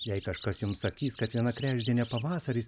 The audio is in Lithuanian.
jei kažkas jums sakys kad viena kregždė ne pavasaris